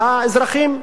והאזרחים במתח,